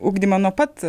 ugdymą nuo pat